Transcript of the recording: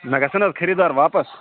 مےٚ گَژھن نہَ حظ خٔریٖدار واپس